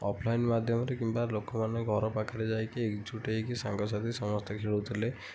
offline ମାଧ୍ୟମରେ କିମ୍ବା ଲୋକମାନେ ଘର ପାଖରେ ଯାଇକି ଏକଜୁଟ୍ ହେଇକି ସାଙ୍ଗସାଥୀ ସମସ୍ତେ ଖେଳୁଥିଲେ